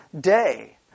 day